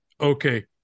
okay